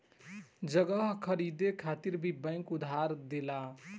जगह खरीदे खातिर भी बैंक उधार देला